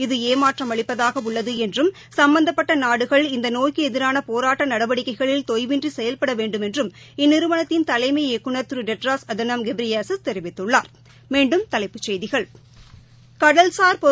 இது ஏமாற்றம் அளிப்பதாக உள்ளது என்றும் சம்பந்தப்பட்ட நாடுகள் இந்த நோய்க்கு எதிரான போராட்ட நடவடிக்கைகளில் தொய்வின்றி செயல்பட வேண்டுமென்று இந்நிறுவனத்தின் தலைமை இயக்குநர் திரு டெட்ரோஸ் அதாநோம் கெப்ரியேசஸ் தெிவித்துள்ளா்